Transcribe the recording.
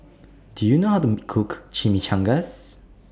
Do YOU know How to Cook Chimichangas